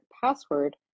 password